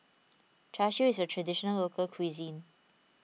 Char Siu is a Traditional Local Cuisine